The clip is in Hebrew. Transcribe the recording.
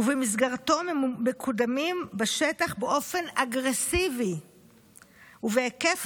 ובמסגרתו מקודמים בשטח באופן אגרסיבי ובהיקף